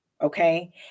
okay